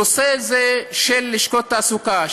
נושא זה של לשכות התעסוקה,